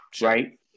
right